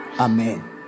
Amen